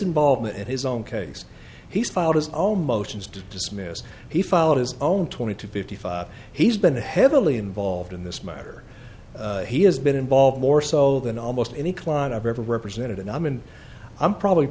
involvement in his own case he's filed his all motions to dismiss he filed his own twenty to fifty five he's been heavily involved in this matter he has been involved more so than almost any client i've ever represented and i'm and i'm probably